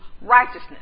righteousness